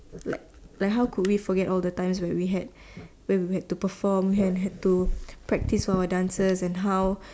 like like how could we forget all the times where we had where he had to perform had had to practice our dances and how